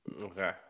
Okay